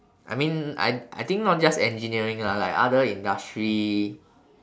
I mean I I think not just engineering lah like other industry